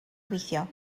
weithio